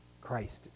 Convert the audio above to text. Christ